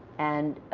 and